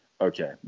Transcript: Okay